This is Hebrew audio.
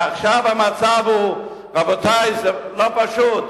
ועכשיו המצב הוא, רבותי, זה לא פשוט.